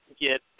get